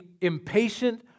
impatient